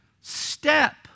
step